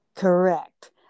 Correct